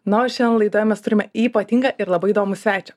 na o šian laidoje mes turime ypatingą ir labai įdomų svečią